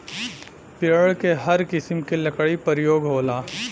पेड़ क हर किसिम के लकड़ी परयोग होला